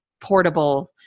portable